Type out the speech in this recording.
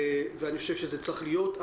ואני חושב שזה צריך להיות.